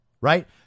right